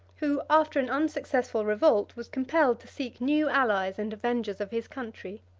who, after an unsuccessful revolt, was compelled to seek new allies and avengers of his country.